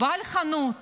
בעל חנות